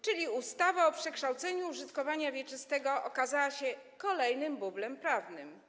Czyli ustawa o przekształceniu użytkowania wieczystego okazała się kolejnym bublem prawnym.